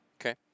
Okay